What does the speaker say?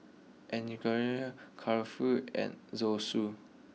Kulfi and Zosui